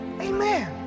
Amen